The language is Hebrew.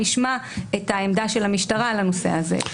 ישמע את העמדה של המשטרה לנושא הזה.